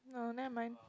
no never mind